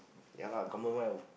ya lah commonwealth